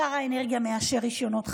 שר האנרגיה מאשר רישיונות חשמל,